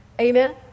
Amen